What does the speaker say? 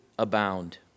abound